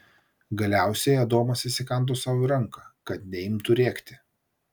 galiausiai adomas įsikando sau į ranką kad neimtų rėkti